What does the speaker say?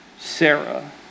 Sarah